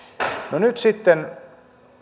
no nyt sitten